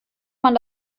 man